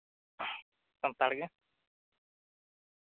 ᱥᱟᱱᱛᱟᱲ ᱜᱮ